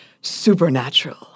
supernatural